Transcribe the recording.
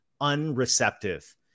Unreceptive